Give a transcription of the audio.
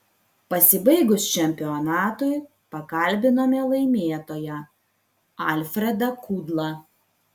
pasibaigus čempionatui pakalbinome laimėtoją alfredą kudlą